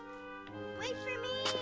wait for me!